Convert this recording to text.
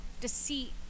deceit